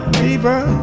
people